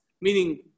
meaning